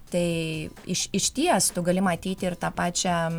tai iš išties tu gali matyti ir tą pačią